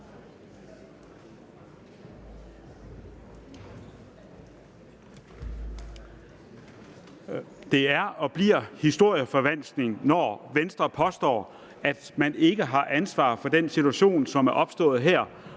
Det er og bliver historieforvanskning, når Venstre påstår, at man ikke har ansvar for den situation, som er opstået her